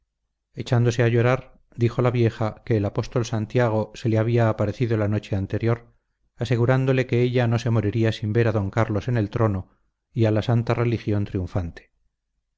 echándose a llorar dijo la vieja que el apóstol santiago se le había aparecido la noche anterior asegurándole que ella no se moriría sin ver a d carlos en el trono ya la santa religión triunfante